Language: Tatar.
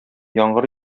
яңгыр